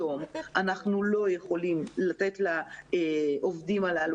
היום אנחנו לא יכולים לתת לעובדים הללו.